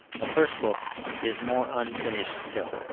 the first book is more unfinished still.